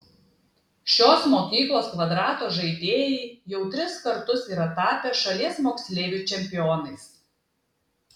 šios mokyklos kvadrato žaidėjai jau tris kartus yra tapę šalies moksleivių čempionais